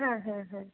হ্যাঁ হ্যাঁ হ্যাঁ